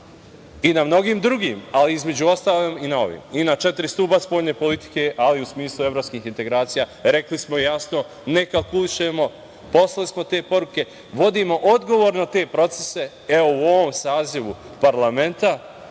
i na mnogim drugim, ali između ostalog i na ovim. I na četiri stuba spoljne politike, ali u smislu evropskih integracija rekli smo jasno – ne kalkulišemo. Poslali smo te poruke. Vodimo odgovorno te procese. Evo, u ovom sazivu parlamenta